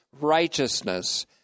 righteousness